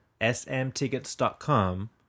smtickets.com